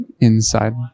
inside